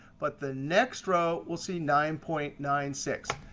but the next row, we'll see nine point nine six.